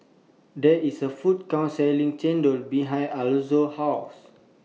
There IS A Food Court Selling Chendol behind Alonzo's House